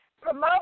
promote